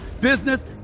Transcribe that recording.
business